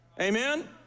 Amen